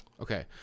Okay